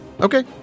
Okay